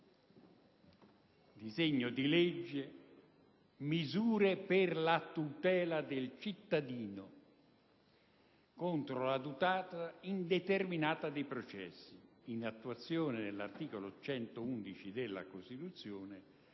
letto il titolo: «Misure per la tutela del cittadino contro la durata indeterminata dei processi, in attuazione dell'articolo 111 della Costituzione